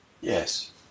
Yes